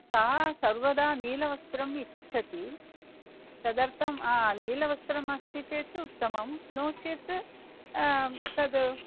सा सर्वदा नीलवस्त्रम् इच्छति तदर्थम् नीलवस्त्रमस्ति चेत् उत्तमं नो चेत् तद्